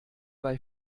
bei